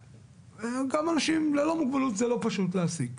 וגם אנשים ללא מוגבלות זה לא פשוט להעסיק.